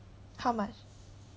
how much